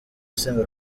asenga